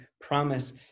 promise